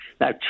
now